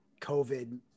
covid